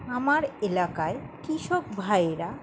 আমার এলাকায় কৃষক ভাইয়েরা